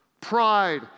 pride